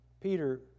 Peter